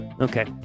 Okay